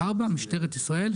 (4) משטרת ישראל,